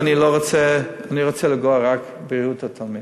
ואני רוצה לנגוע רק בבריאות התלמיד.